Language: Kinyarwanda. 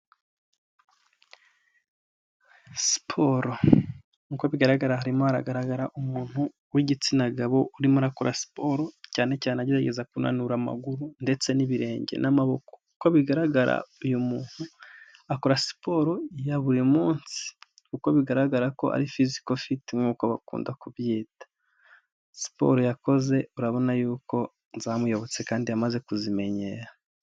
SIiporo, nk'uko bigaragara harimo haragaragara umuntu w'igitsina gabo urimo arakora siporo cyane cyane agerageza kunanura amaguru ndetse n'ibirenge n'amaboko, uko bigaragara uyu muntu akora siporo ya buri munsi kuko bigaragara ko ari phisical feat nk'uko bakunda kubyita, siporo yakoze urabona yuko zamuyobotse kandi yamaze kuzimenyera.